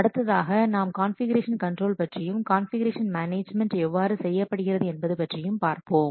அடுத்ததாக நாம் configuration control பற்றியும் கான்ஃபிகுரேஷன் மேனேஜ்மென்ட் எவ்வாறு செய்யப்படுகிறது என்பது பற்றியும் பார்ப்போம்